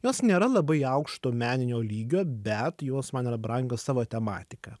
jos nėra labai aukšto meninio lygio bet jos man yra brangios savo tematika